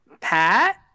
Pat